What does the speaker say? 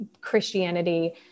Christianity